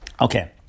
Okay